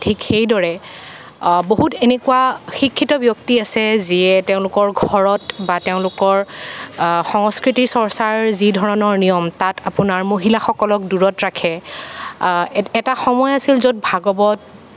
ঠিক সেইদৰে বহুত এনেকুৱা শিক্ষিত ব্যক্তি আছে যিয়ে তেওঁলোকৰ ঘৰত বা তেওঁলোকৰ সংস্কৃতি চৰ্চাৰ যি ধৰণৰ নিয়ম তাত আপোনাৰ মহিলাসকলক দূৰত ৰাখে এটা সময় আছিল য'ত ভাগৱত